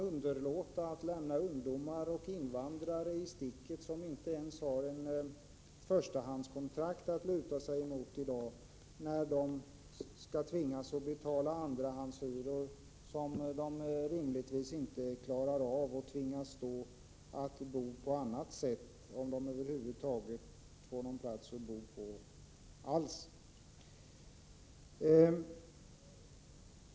Hur kan man lämna ungdomar och invandrare i sticket, människor som inte ens har ett förstahandskontrakt att luta sig emot utan tvingas betala andrahandshyror som de rimligen inte klarar av eller tvingas bo på annat sätt om de över huvud taget får någon annan plats att bo på?